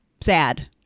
sad